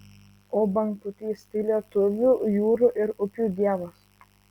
o bangpūtys tai lietuvių jūrų ir upių dievas